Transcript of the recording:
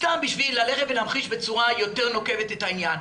סתם בשביל ללכת ולהמחיש בצורה יותר נוקבת את העניין.